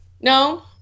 No